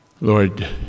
Lord